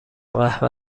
قهوه